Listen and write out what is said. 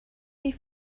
die